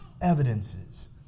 evidences